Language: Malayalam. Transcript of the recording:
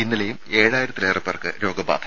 ഇന്നലെയും ഏഴായിരത്തിലേറെപേർക്ക് രോഗബാധ